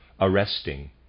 arresting